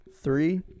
three